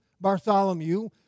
Bartholomew